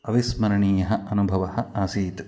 अविस्मरणीयः अनुभवः आसीत्